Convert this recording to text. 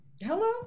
hello